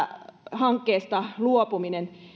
hankkeesta luopuminen